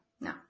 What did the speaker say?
no